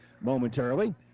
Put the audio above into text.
momentarily